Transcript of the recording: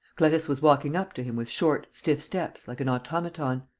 clarisse was walking up to him with short, stiff steps, like an automaton.